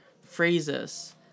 phrases